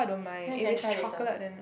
ya you can try later